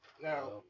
Now